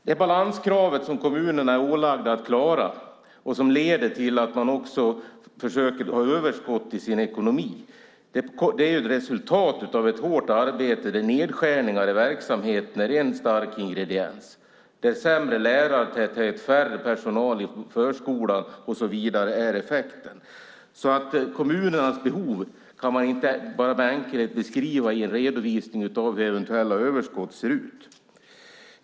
Den balans i ekonomin som kommunerna är ålagda att klara, vilket leder till att de försöker ha överskott i sin ekonomi, är ett resultat av ett hårt arbete där nedskärningar i verksamheten är en viktig ingrediens och där sämre lärartäthet, mindre personal i förskolan och så vidare är effekten. Det är alltså inte så enkelt att man kan beskriva kommunernas behov genom att redovisa hur eventuella överskott ser ut.